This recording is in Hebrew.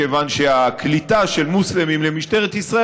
כיוון שהקליטה של מוסלמים למשטרת ישראל